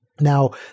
Now